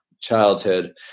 childhood